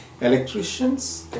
Electricians